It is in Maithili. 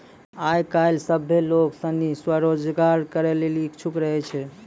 आय काइल सभ्भे लोग सनी स्वरोजगार करै लेली इच्छुक रहै छै